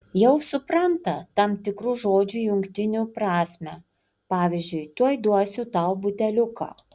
jau supranta tam tikrų žodžių jungtinių prasmę pavyzdžiui tuoj duosiu tau buteliuką